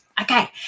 Okay